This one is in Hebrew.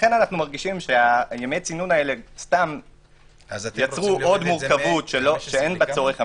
לכן ימי הצינון האלה יצרו עוד מורכבות שאין בה צורך אמיתי.